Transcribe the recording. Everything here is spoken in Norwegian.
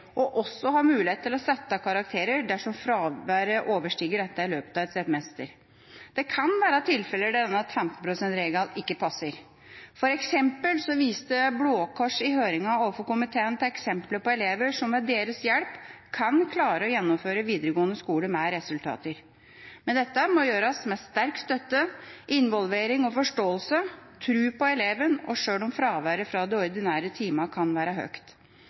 og også ha mulighet til å sette karakterer dersom fraværet overstiger dette i løpet av et semester. Det kan være tilfeller der denne 15 pst.-reglen ikke passer. For eksempel viste Blå Kors i høringen overfor komiteen til eksempler på elever som ved deres hjelp kan klare å gjennomføre videregående skole med resultater. Men dette må gjøres med sterk støtte, involvering, forståelse og tro på elevene, selv om fraværet fra ordinære timer kan være høyt.